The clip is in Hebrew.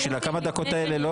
בשביל כמה הדקות האלה לא